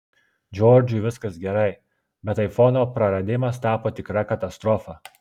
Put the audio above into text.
džordžui viskas gerai bet aifono praradimas tapo tikra katastrofa